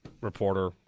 reporter